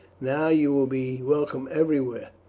now you will be welcome everywhere.